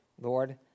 Lord